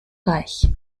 reich